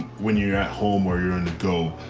when you're at home or you're on the go,